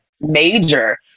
major